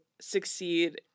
succeed